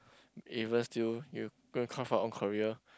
even still you go and craft your own career